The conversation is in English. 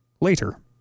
later